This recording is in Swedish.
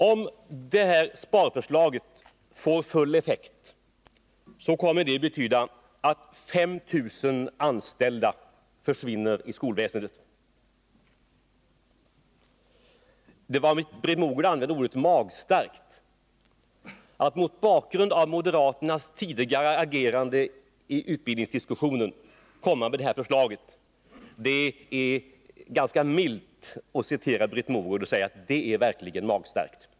Om detta sparförslag får full effekt, kommer 5 000 anställda att försvinna i skolväsendet. Britt Mogård använde ordet magstarkt. Det är ganska milt att citera henne och säga att det verkligen är magstarkt av moderaterna att komma med detta förslag, mot bakgrund av deras tidigare agerande i utbildningsdiskussionen.